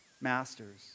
masters